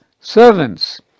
Servants